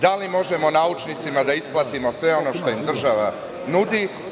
Da li možemo naučnicima da isplatimo sve ono što im država nudi?